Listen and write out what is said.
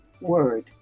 word